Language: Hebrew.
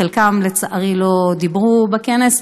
חלקם לצערי לא דיברו בכנס,